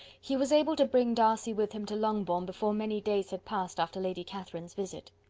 he was able to bring darcy with him to longbourn before many days had passed after lady catherine's visit.